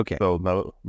Okay